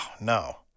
no